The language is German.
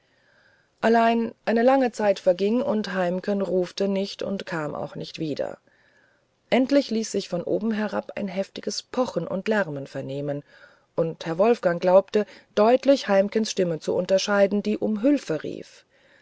allein eine lange zeit verging und heimken rufte nicht und kam auch nicht wieder endlich ließ sich von oben herab ein heftiges pochen und lärmen vernehmen und herr wolfgang glaubte deutlich heimkens stimme zu unterscheiden die um hülfe rief